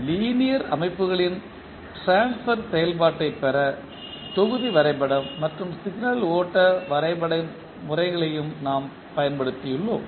linear அமைப்புகளின் transfer செயல்பாட்டைப் பெற தொகுதி வரைபடம் மற்றும் சிக்னல் ஓட்ட வரைபட முறைகளையும் நாம் பயன்படுத்தியுள்ளோம்